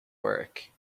work